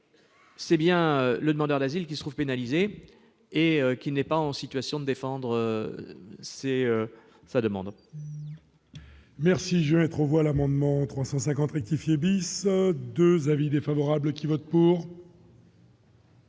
c'est bien le demandeur d'asile qui se trouve pénalisé et qui n'est pas en situation de défendre sa demande.